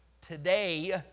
today